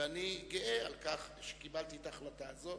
ואני גאה על כך שקיבלתי את ההחלטה הזאת,